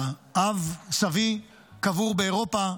אב סבי קבור באירופה,